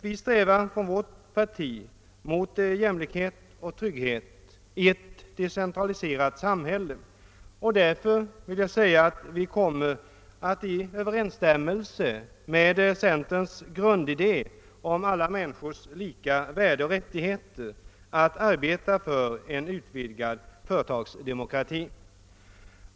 Vi strävar inom vårt parti mot jämlikhet och trygghet i ett decentraliserat samhälle och därför kommer vi att i överensstämmelse med centerns grundidé om alla människors lika värde och rättigheter arbeta för en utvidgad företagsdemokrati.